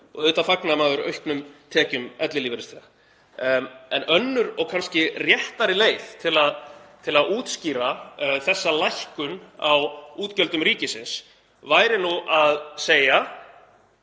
Auðvitað fagnar maður auknum tekjum ellilífeyrisþega en önnur og kannski réttari leið til að útskýra þessa lækkun á útgjöldum ríkisins væri að segja: